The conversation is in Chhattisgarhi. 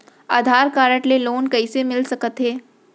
आधार कारड ले लोन कइसे मिलिस सकत हे?